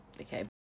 Okay